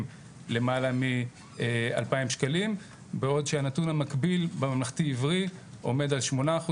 למעלה מ-2,000 שקלים בעוד שהנתון המקביל בממלכתי עברי עומד על 8%,